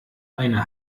eine